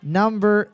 number